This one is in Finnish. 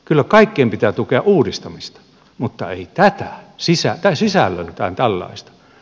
kyllä kaikkien pitää tukea uudistamista mutta ei sisällöltään tällaista